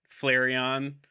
Flareon